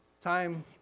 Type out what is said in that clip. time